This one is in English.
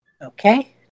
Okay